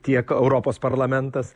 tiek europos parlamentas